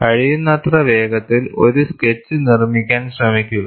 കഴിയുന്നത്ര വേഗത്തിൽ ഒരു സ്കെച്ച് നിർമ്മിക്കാൻ ശ്രമിക്കുക